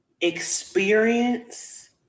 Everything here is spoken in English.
experience